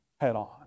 head-on